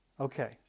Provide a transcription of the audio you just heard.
Okay